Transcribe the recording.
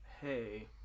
hey